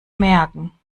merken